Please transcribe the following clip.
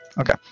okay